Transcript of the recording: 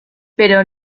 pero